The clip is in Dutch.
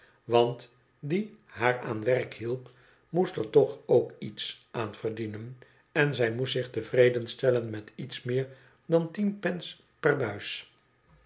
want die haar aan werk hielp moest er toch ook iets aan verdienen en zij moest zich tevreden stellen met iets meer dan tien pence per buis